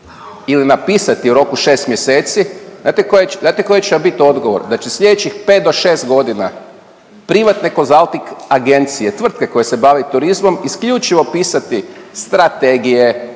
ili napisati u roku od 6 mjeseci, znate koji će, znate koji će vam bit odgovor, da će slijedećih 5. do 6.g. privatne konzalting agencije, tvrtke koje se bave turizmom isključivo pisati strategije,